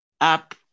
Up